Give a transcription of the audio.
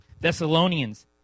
Thessalonians